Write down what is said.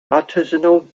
artisanal